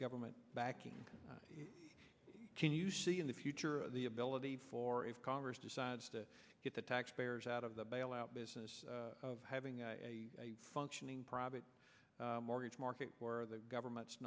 government backing can you see in the future the ability for if congress decides to get the taxpayers out of the bailout business of having a functioning private mortgage market where the government's